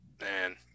Man